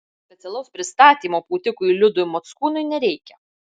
specialaus pristatymo pūtikui liudui mockūnui nereikia